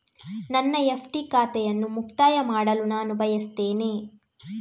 ನನ್ನ ಎಫ್.ಡಿ ಖಾತೆಯನ್ನು ಮುಕ್ತಾಯ ಮಾಡಲು ನಾನು ಬಯಸ್ತೆನೆ